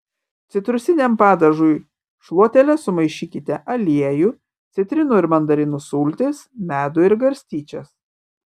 citrusiniam padažui šluotele sumaišykite aliejų citrinų ir mandarinų sultis medų ir garstyčias